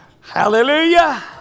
Hallelujah